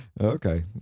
okay